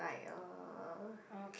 like uh